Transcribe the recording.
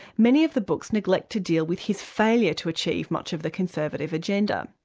many of the books neglect to deal with his failure to achieve much of the conservative agenda.